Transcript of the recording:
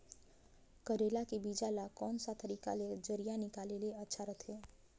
करेला के बीजा ला कोन सा तरीका ले जरिया निकाले ले अच्छा रथे?